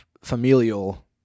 familial